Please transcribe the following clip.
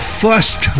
first